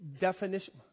definition